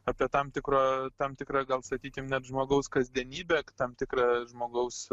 apie tam tikrą tam tikrą gal sakykim net žmogaus kasdienybę tam tikrą žmogaus